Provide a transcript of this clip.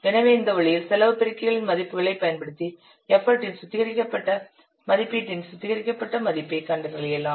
எனவே இந்த வழியில் செலவு பெருக்கிகளின் மதிப்புகளைப் பயன்படுத்தி எஃபர்ட்டின் சுத்திகரிக்கப்பட்ட மதிப்பீட்டின் சுத்திகரிக்கப்பட்ட மதிப்பைக் கண்டறியலாம்